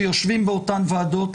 שיושבים באותן ועדות,